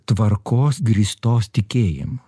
tvarkos grįstos tikėjimu